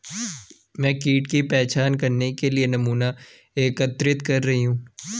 मैं कीट की पहचान करने के लिए नमूना एकत्रित कर रही हूँ